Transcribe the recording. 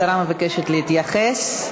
השרה מבקשת להתייחס.